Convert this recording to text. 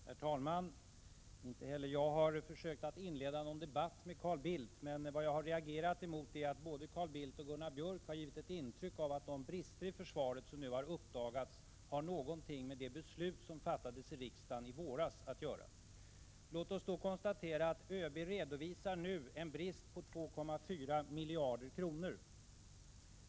Herr talman! Inte heller jag har försökt att inleda någon debatt med Carl Bildt, men vad jag har reagerat mot är att både Carl Bildt och Gunnar Björk har givit ett intryck av att de brister i försvaret som nu har uppdagats har någonting med det beslut som fattades i riksdagen i våras att göra. Låt oss då konstatera att ÖB nu redovisar en brist på 2,4 miljarder kronor.